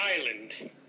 Island